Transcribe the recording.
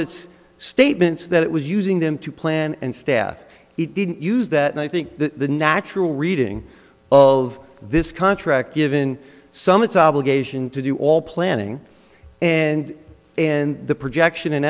its statements that it was using them to plan and staff he didn't use that and i think the natural reading of this contract given some it's obligation to do all planning and and the projection an